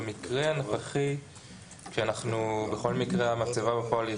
במקרה הנוכחי כשכל מקרה המצבה בפועל היא